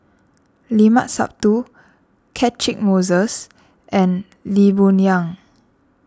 Limat Sabtu Catchick Moses and Lee Boon Yang